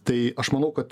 tai aš manau kad